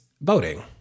voting